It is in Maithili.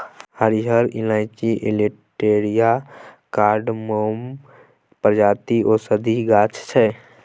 हरियर इलाईंची एलेटेरिया कार्डामोमम प्रजातिक औषधीक गाछ छै